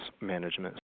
management